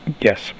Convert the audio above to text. Yes